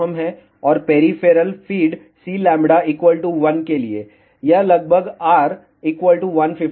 और peripheral feed Cλ 1 के लिए यह लगभग R 150 होगा